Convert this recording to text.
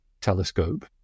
telescope